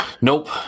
Nope